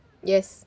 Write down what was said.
yes